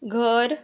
घर